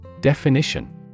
Definition